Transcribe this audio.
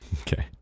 Okay